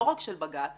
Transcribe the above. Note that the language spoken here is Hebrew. לא רק של בג"ץ,